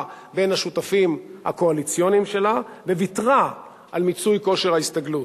בין השותפים הקואליציוניים שלה וויתרה על מיצוי כושר ההשתכרות.